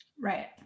right